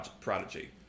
prodigy